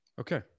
Okay